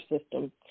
system